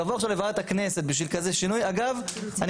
לבוא עכשיו לוועדה של הכנסת בשביל כזה שינוי?